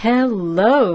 Hello